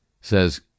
says